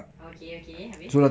okay okay habis